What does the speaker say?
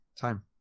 time